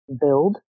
build